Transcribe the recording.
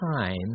time